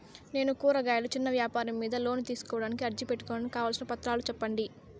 నేను కూరగాయలు చిన్న వ్యాపారం మీద లోను తీసుకోడానికి అర్జీ పెట్టుకోవడానికి కావాల్సిన పత్రాలు సెప్పండి?